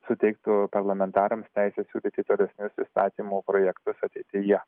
suteiktų parlamentarams teisę siūlyti tolesnius įstatymų projektus ateityje